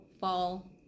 fall